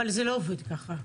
זה לא עובד ככה.